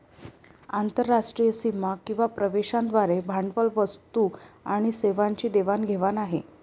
आंतरराष्ट्रीय सीमा किंवा प्रदेशांद्वारे भांडवल, वस्तू आणि सेवांची देवाण घेवाण आहे